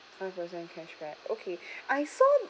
five percent cashback okay I saw